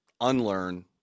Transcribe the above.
unlearn